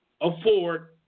Afford